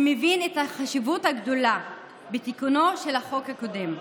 מתוך הבנה של החשיבות הגדולה בתיקונו של החוק הקודם.